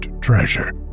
treasure